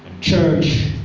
Church